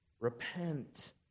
Repent